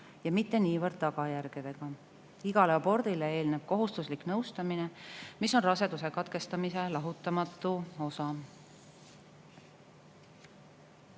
mitte niivõrd tagajärgedega. Igale abordile eelneb kohustuslik nõustamine, mis on raseduse katkestamise lahutamatu osa.